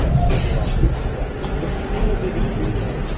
you take your losses along the way. the single biggest reason,